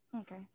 okay